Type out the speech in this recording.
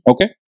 Okay